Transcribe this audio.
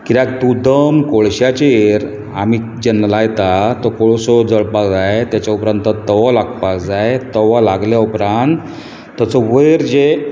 कित्याक तूं दम कोळश्याचेर आमी जेन्ना लायता तो कोळसो जळपाक जाय ताच्या उपरांत तो तवो लागपाक जाय तवो लागले उपरांत ताचो वयर जे